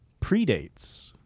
predates